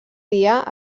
dia